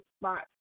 spots